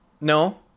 No